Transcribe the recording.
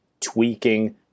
tweaking